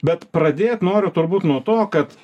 bet pradėt noriu turbūt nuo to kad